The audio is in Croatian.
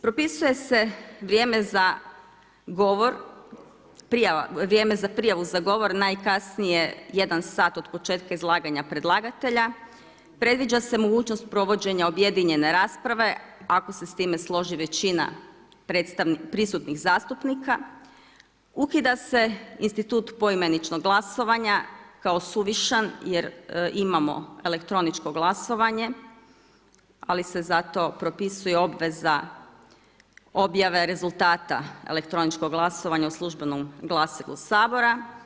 Propisuje se vrijeme za govor, vrijeme za prijavu za govor najkasnije jedan sat od početka izlaganja predlagatelja, predviđa se mogućnost provođenja objedinjene rasprave, ako se s time složi većina prisutnih zastupnika, ukida se institut pojedinačnog glasovanja kao suvišan jer imamo elektroničko glasovanje, ali se zato propisuje obveza objave rezultata elektroničkog glasovanja u službenom glasilu Sabora.